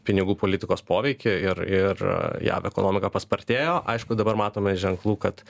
pinigų politikos poveikį ir ir jav ekonomika paspartėjo aišku dabar matome ženklų kad